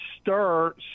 stir